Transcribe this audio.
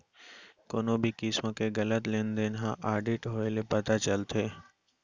कोनो भी किसम के गलत लेन देन ह आडिट होए ले पता चलथे